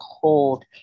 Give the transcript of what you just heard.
cold